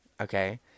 okay